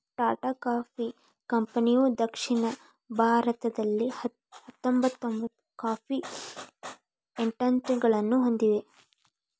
Tata coffee ಕಂಪನಿಯುದಕ್ಷಿಣ ಭಾರತದಲ್ಲಿಹತ್ತೊಂಬತ್ತು coffee ಎಸ್ಟೇಟ್ಗಳನ್ನು ಹೊಂದಿದೆ